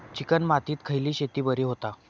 Chicken मातीत खयली शेती बरी होता?